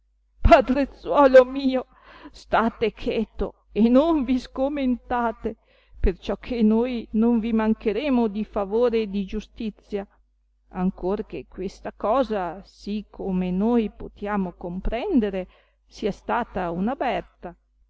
padrezzuolo mio state cheto e non vi sgomentate perciò che noi non vi mancheremo di favore e di giustizia ancor che questa cosa sì come noi potiamo comprendere sia stata una berta